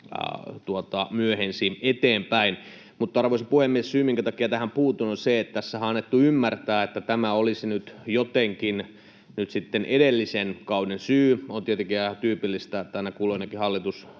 myöhensi eteenpäin. Arvoisa puhemies! Syy, minkä takia tähän puutun, on se, että tässähän on annettu ymmärtää, että tämä olisi nyt jotenkin nyt sitten edellisen kauden syy. On tietenkin ihan tyypillistä, että aina kulloinenkin hallitus